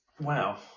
wow